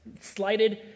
slighted